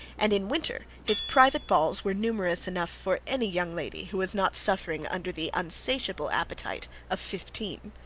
and in winter his private balls were numerous enough for any young lady who was not suffering under the unsatiable appetite of fifteen.